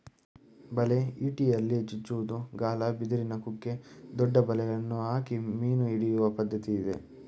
ಬಲೆ, ಇಟಿಯಲ್ಲಿ ಚುಚ್ಚುವುದು, ಗಾಳ, ಬಿದಿರಿನ ಕುಕ್ಕೆ, ದೊಡ್ಡ ಬಲೆಗಳನ್ನು ಹಾಕಿ ಮೀನು ಹಿಡಿಯುವ ಪದ್ಧತಿ ಇದೆ